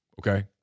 Okay